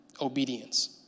Obedience